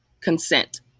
consent